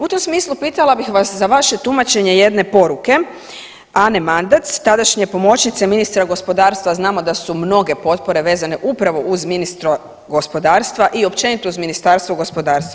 U tom smislu pitala bih vas za vaše tumačenje jedne poruke Ane Mandac, tadašnje pomoćnice ministra gospodarstva, znamo da su mnoge potpore vezane upravo uz ministra gospodarstva i općenito uz Ministarstvo gospodarstva.